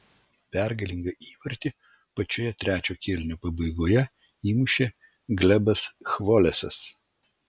pergalingą įvartį pačioje trečio kėlinio pabaigoje įmušė glebas chvolesas